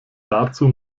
dazu